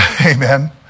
Amen